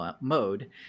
mode